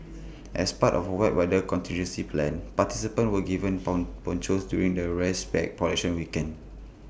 as part of wet weather contingency plans participants were given pong ponchos during the race pack collection weekend